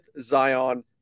Zion